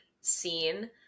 scene